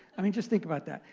i mean just think about that.